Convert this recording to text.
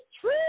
true